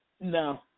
no